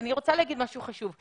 אני רוצה להגיד משהו חשוב.